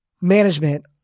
management